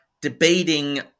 debating